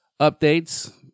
updates